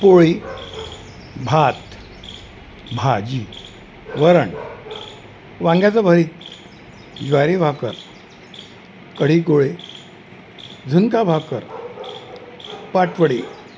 पोळी भात भाजी वरण वांग्याचं भरीत ज्वारी भाकर कढी गोळे झुणका भाकरी पाटवडी